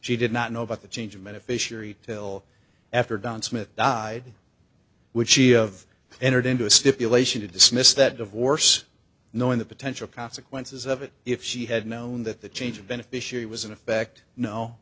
she did not know about the change meant a fish or eat till after john smith died which she of entered into a stipulation to dismiss that divorce knowing the potential consequences of it if she had known that the change of beneficiary was in effect no